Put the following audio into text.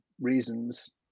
reasons